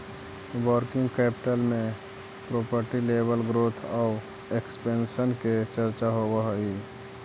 working capital में profit level growth आउ expansion के चर्चा होवऽ हई